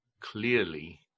clearly